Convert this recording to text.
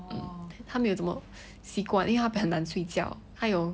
oh 他没有这么因为他很难睡觉